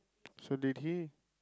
so did he